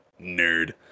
Nerd